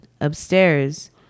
upstairs